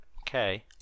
Okay